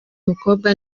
mukobwa